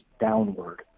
downward